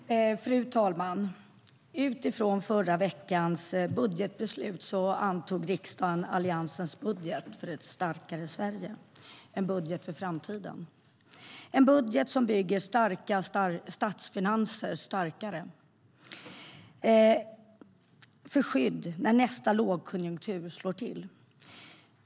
Fru talman! Utifrån förra veckans budgetbeslut antog riksdagen Alliansens budget för ett starkare Sverige. Det är en budget för framtiden och en budget som bygger starka statsfinanser starkare - till skydd när nästa lågkonjunktur slår till.